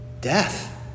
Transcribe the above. death